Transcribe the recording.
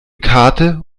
karte